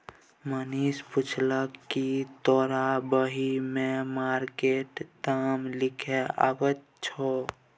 मनीष पुछलकै कि तोरा बही मे मार्केट दाम लिखे अबैत छौ